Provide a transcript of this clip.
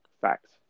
Facts